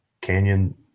canyon